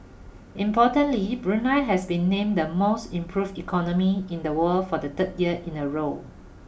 importantly Brunei has been named the most improved economy in the world for the third year in a row